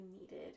needed